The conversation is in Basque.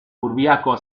urbiako